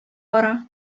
бара